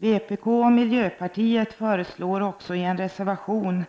Vpk och miljöpartiet föreslår i en reservation